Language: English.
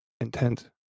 intent